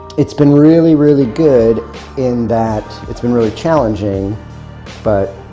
it's been really, really good in that it's been really challenging but